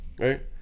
right